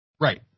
Right